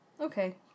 Okay